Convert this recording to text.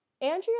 Andrea